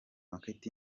market